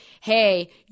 hey